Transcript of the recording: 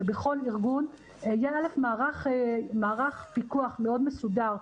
שבכל ארגון יהיה מערך פיקוח מאוד מסודר,